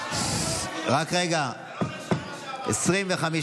סעיפים 1 3 נתקבלו.